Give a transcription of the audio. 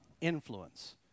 influence